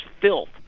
filth